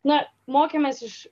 na mokėmės iš